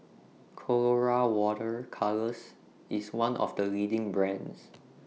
Colora Water Colours IS one of The leading brands